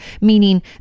Meaning